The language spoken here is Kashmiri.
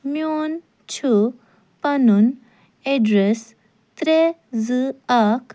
میٛون چھُ پنُن ایٚڈرس ترٛےٚ زٕ اکھ